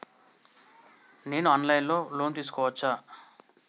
నేను online లో loan తీసుకోవచ్చా?